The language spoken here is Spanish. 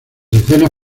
escenas